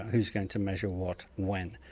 who's going to measure what, when.